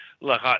look